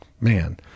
man